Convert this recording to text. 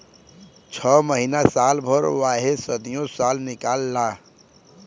छ महीना साल भर वाहे सदीयो साल निकाल ला